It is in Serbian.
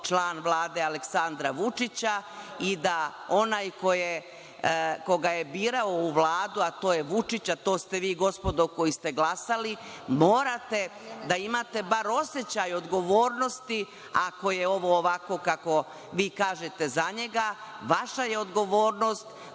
član Vlade Aleksandra Vučića i da onaj koga je birao u Vladu, a to je Vučić, a to ste vi gospodo koji ste glasali, morate da imate bar osećaj odgovornosti ako je ovo ovako kako vi kažete za njega, vaša je odgovornost